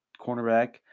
cornerback